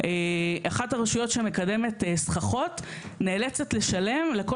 אחת הרשויות שמקדמת סככות נאלצת לשלם על כל